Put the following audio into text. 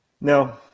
No